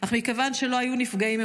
אך מכיוון שלא היו נפגעים,